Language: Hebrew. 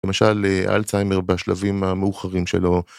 למשל אלצהיימר בשלבים המאוחרים שלו.